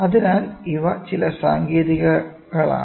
അതിനാൽ ഇവ ചില സാങ്കേതികതകളാണ്